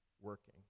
working